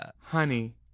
Honey